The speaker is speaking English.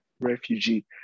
refugee